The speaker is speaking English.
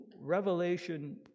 Revelation